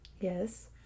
Yes